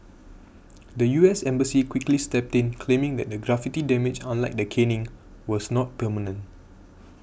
the U S Embassy quickly stepped in claiming that the graffiti damage unlike the caning was not permanent